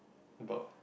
about